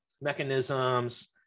mechanisms